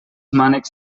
mànecs